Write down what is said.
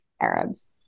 Arabs